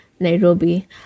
Nairobi